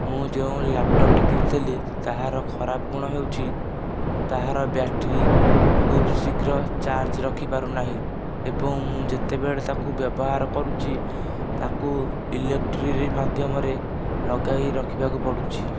ମୁଁ ଯେଉଁ ଲାପଟପ ଟି କିଣିଥିଲି ତାହାର ଖରାପ ଗୁଣ ହେଉଛି ତାହାର ବ୍ୟାଟେରୀ ଖୁବ ଶୀଘ୍ର ଚାର୍ଜ ରଖିପାରୁନାହିଁ ଏବଂ ମୁଁ ଯେତେବେଳେ ତାକୁ ବ୍ୟବହାର କରୁଛି ତାକୁ ଇଲେକ୍ଟ୍ରିକ ମାଧ୍ୟମରେ ଲଗାଇ ରଖିବାକୁ ପଡୁଛି